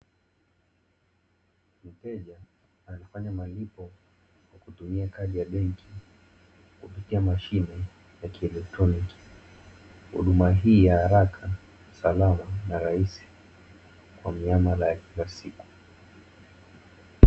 Mteja anafanya malipo kwa kutumia kadi ya benki kupitia mashine ya kielektroniki, huduma hii ya haraka, salama na rahisi kwa miamala ya kila siku.